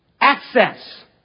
access